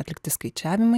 atlikti skaičiavimai